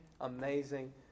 amazing